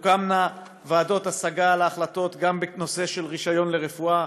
ותוקמנה ועדות השגה על החלטות גם בנושא של רישיון לרפואה,